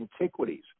antiquities